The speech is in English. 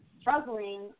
struggling